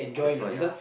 that's why ah